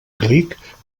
clic